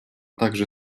также